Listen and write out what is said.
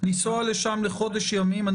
לנסוע לשם לחודש ימים.